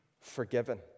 Forgiven